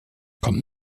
kommt